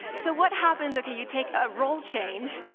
so what happens, okay, you take a role change,